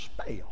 spell